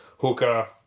Hooker